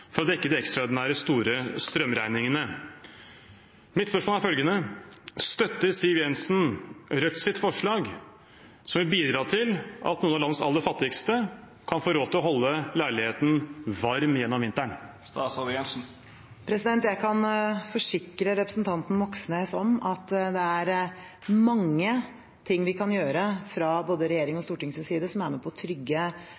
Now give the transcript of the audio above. for å dekke de ekstraordinært store strømregningene. Mitt spørsmål er følgende: Støtter Siv Jensen Rødts forslag, som vil bidra til at noen av landets aller fattigste kan få råd til å holde leiligheten varm gjennom vinteren? Jeg kan forsikre representanten Moxnes om at det er mange ting vi kan gjøre fra både regjeringens og